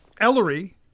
Ellery